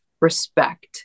respect